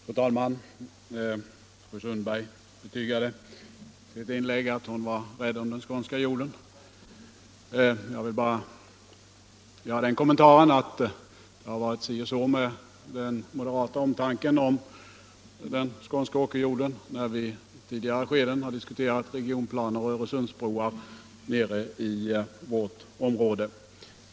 Fru talman! Fru Sundberg intygade i sitt inlägg att hon var rädd om den skånska jorden. Jag vill bara göra den kommentaren att det har varit si och så med den moderata omtanken om den skånska åkerjorden när vi i tidigare skeden diskuterat regionplaner och Öresundsbroar i Skåne.